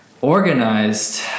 organized